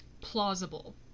Plausible